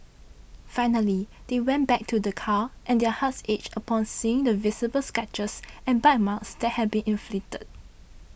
finally they went back to their car and their hearts ached upon seeing the visible scratches and bite marks that had been inflicted